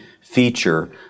feature